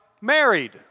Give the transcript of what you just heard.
married